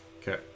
Okay